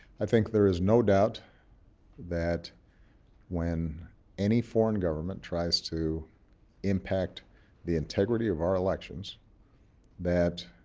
i think there is no doubt that when any foreign government tries to impact the integrity of our elections that